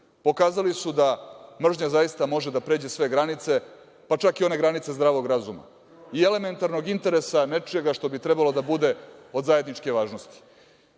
pokazali su da mržnja zaista može da pređe sve granice, pa čak i one granice zdravog razuma i elementarnog interesa nečega što bi trebalo da bude od zajedničke važnosti. Jedna